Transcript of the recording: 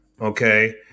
Okay